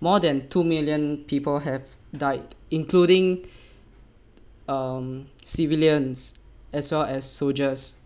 more than two million people have died including um civilians as well as soldiers